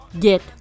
get